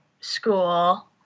school